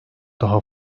daha